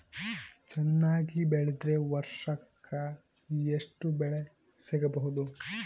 ಚೆನ್ನಾಗಿ ಬೆಳೆದ್ರೆ ವರ್ಷಕ ಎಷ್ಟು ಬೆಳೆ ಸಿಗಬಹುದು?